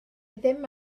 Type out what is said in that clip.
ddim